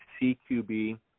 CQB